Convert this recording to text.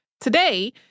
Today